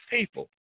People